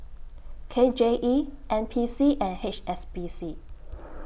K J E N P C and H S B C